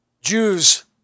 Jews